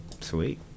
sweet